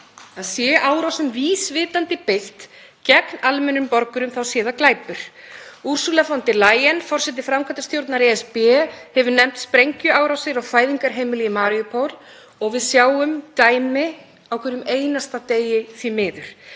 að sé árásum vísvitandi beitt gegn almennum borgurum sé það glæpur. Ursula von der Layen, forseti framkvæmdastjórnar ESB, hefur nefnt sprengjuárásir á fæðingarheimili í Mariupol og við sjáum dæmi á hverjum einasta degi, því miður.